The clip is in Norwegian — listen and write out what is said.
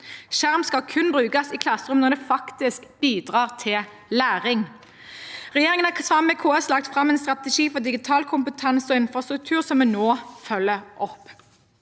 Skjerm skal kun brukes i klasserommet når det faktisk bidrar til læring. Regjeringen har sammen med KS lagt fram en strategi for digital kompetanse og infrastruktur som vi nå følger opp.